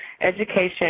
education